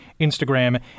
Instagram